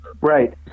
Right